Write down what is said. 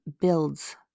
builds